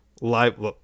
live